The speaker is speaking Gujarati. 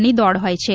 ની દોડ હોય છે